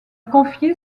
confié